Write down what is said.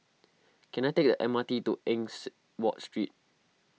can I take the M R T to Eng Watt Street